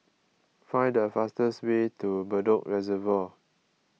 find the fastest way to Bedok Reservoir